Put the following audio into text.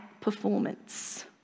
performance